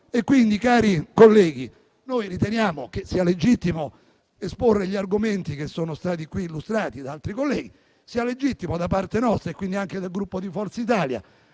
Cari colleghi, noi riteniamo che sia legittimo esporre gli argomenti che sono stati qui illustrati da altri colleghi, sia legittimo da parte nostra e, quindi, anche del Gruppo Forza Italia,